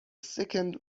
second